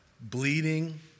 bleeding